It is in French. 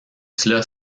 cela